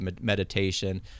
meditation